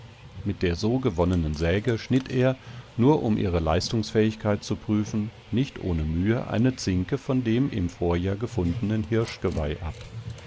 mit der so gewonnenen säge schnitt er nur um ihre leistungsfähigkeit zu prüfen nicht ohne mühe eine zinke von dem im vorjahr gefundenen hirschgeweih ab